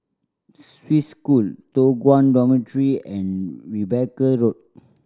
Swiss School Toh Guan Dormitory and Rebecca Road